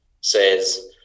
says